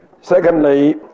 Secondly